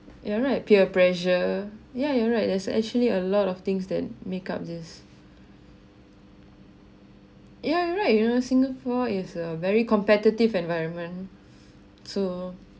you are right peer pressure yeah you're right there's actually a lot of things the makeup this yeah right you know singapore is a very competitive environment so